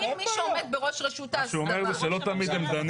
אם מי שעומד בראש רשות ההסדרה, אה, שהם לא ידונו?